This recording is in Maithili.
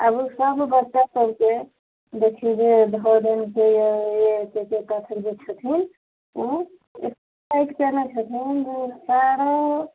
आओर ओ सब बच्चा पढ़िकऽ देखिऔ जे धऽ देलके हँ जकरासँ जे छथिन ओ टाइट केने छथिन सारा